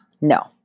No